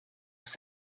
vous